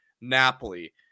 Napoli